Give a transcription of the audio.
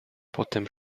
potem